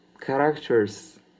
characters